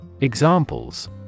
Examples